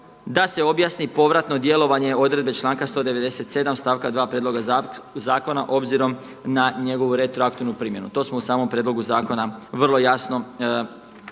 da se objasni povratno djelovanje odredbe članka 197. stavka 2. prijedloga zakona obzirom na njegovu retroaktivnu primjenu. To smo u samom prijedlogu zakona vrlo jasno i